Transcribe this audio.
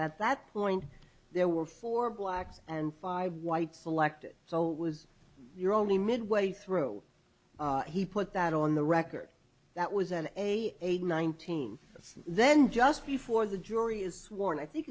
at that point there were four blacks and five white selected so it was your only midway through he put that on the record that was an eight nineteen then just before the jury is sworn i think